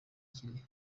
kirehe